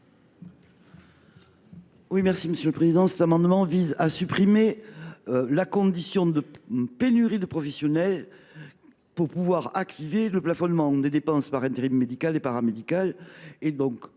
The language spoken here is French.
à Mme Émilienne Poumirol. Cet amendement vise à supprimer la condition de pénurie de professionnels exigée pour activer le plafonnement des dépenses d’intérim médical et paramédical.